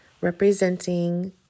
representing